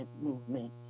movement